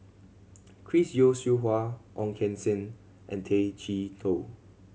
Chris Yeo Siew Hua Ong Keng Sen and Tay Chee Toh